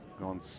Gone